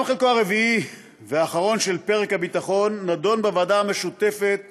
גם חלקו הרביעי והאחרון של פרק הביטחון נדון בוועדה המשותפת